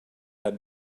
that